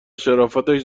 شرافتش